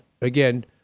again